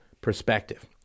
perspective